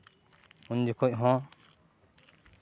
ᱩᱱ ᱡᱚᱠᱷᱚᱱ ᱦᱚᱸ